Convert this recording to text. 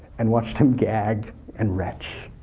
and watched him gag and retch.